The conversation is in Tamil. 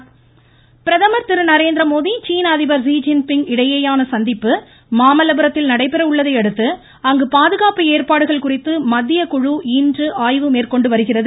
பிரதமர் சீனட அதிபர் பிரதமர் திரு நரேந்திரமோடி சீன அதிபர் ஸீ ஜிங் பிங்க் இடையேயான சந்திப்பு மாமல்லபுரத்தில் நடைபெற உள்ளதையடுத்து அங்கு பாதுகாப்பு ஏற்பாடுகள் குறித்து மத்தியகுழு இன்று ஆய்வு மேற்கொண்டு வருகிறது